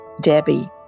Debbie